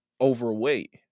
overweight